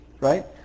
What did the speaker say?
Right